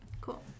Cool